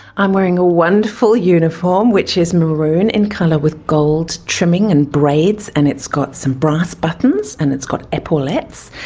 i'm wearing a wonderful uniform which is maroon in colour with gold trimming and braids and it's got some brass buttons and it's got epaulettes,